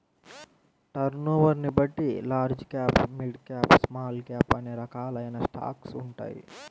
టర్నోవర్ని బట్టి large cap, mid cap, small cap అనే రకాలైన స్టాక్స్ ఉంటాయి